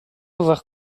avoir